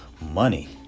money